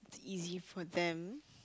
easy for them